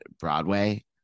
Broadway